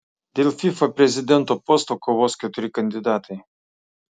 dėl fifa prezidento posto kovos keturi kandidatai